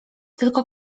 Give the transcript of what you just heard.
tylko